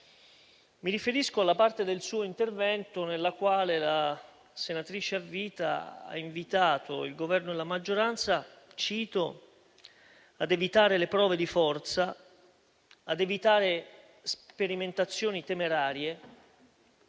Mi riferisco alla parte del suo intervento nella quale la senatrice a vita ha invitato il Governo e la maggioranza a evitare prove di forza, sperimentazioni temerarie